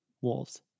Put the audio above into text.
Wolves